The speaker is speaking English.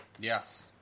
Yes